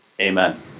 Amen